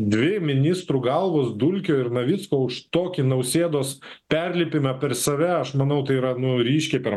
dvi ministrų galvos dulkio ir navicko už tokį nausėdos perlipimą per save aš manau tai yra nu ryškiai per